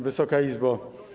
Wysoka Izbo!